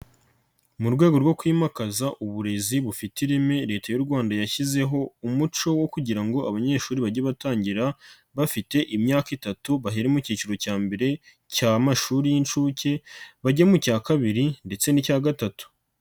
Mu rwego rwo kwimakaza uburezi bufite ireme leta y'u Rwanda yashyizeho umuco wo kugira ngo abanyeshuri bajye batangira bafite imyaka itatu baherere mu cyiciro cya mbere cy'amashuri y'incuke bajye mu cya kabiri ndetse n'icya gatatu.